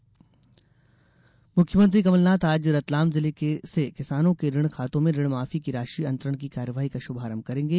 ऋणमाफी मुख्यमंत्री कमलनाथ आज रतलाम जिले से किसानों के ऋण खातों में ऋण माफी की राशि अंतरण की कार्यवाही का शुभारंभ करेंगे